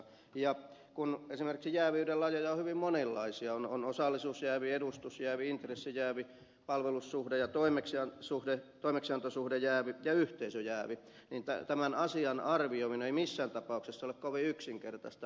kun esimerkiksi jääviyden lajeja on hyvin monenlaisia on osallisuusjäävi edustusjäävi intressijäävi palvelussuhde ja toimeksiantosuhdejäävi ja yhteisöjäävi niin tämän asian arvioiminen ei missään tapauksessa ole kovin yksinkertaista